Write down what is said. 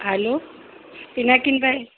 હાલો Pinakinbhai